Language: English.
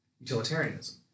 utilitarianism